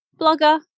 blogger